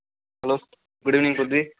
hello good evening